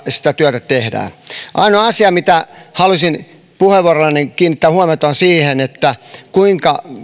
sitä työtä tehdään ainoa asia mihin halusin puheenvuorollani kiinnittää huomiota on se kuinka